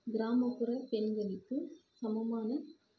கிராமப்புற பெண்களுக்குச் சமமான